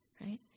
right